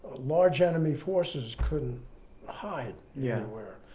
large enemy forces couldn't hide yeah anywhere.